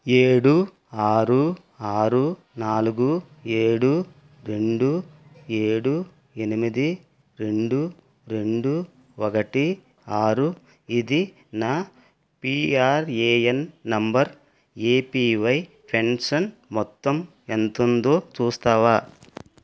ఏడు ఆరు ఆరు నాలుగు ఏడు రెండు ఏడు ఎనిమిది రెండు రెండు ఒకటి ఆరు ఇది నా పిఆర్ఎఎన్ నంబర్ ఏపివై పెన్షన్ మొత్తం ఎంత ఉందో చూస్తావా